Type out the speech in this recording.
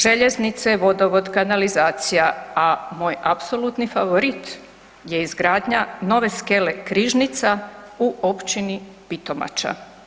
Željeznice, vodovod, kanalizacija a moj apsolutni favorit je izgradnja nove skele Križnica u općini Pitomača.